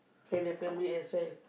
and their family as well